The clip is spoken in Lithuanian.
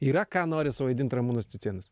yra ką nori suvaidint ramūnas cicėnas